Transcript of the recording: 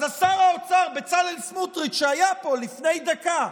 אז שר האוצר בצלאל סמוטריץ', שהיה פה לפני דקה,